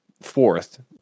fourth